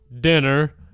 dinner